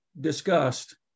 discussed